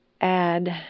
add